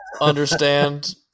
understand